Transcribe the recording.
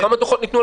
עוד לא העלו.